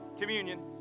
communion